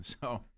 So-